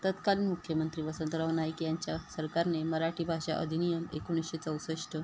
तत्कालीन मुख्यमंत्री वसंतराव नाईक यांच्या सरकारने मराठी भाषा अधिनियम एकोसणीशे चौसष्ट